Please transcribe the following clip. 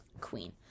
Queen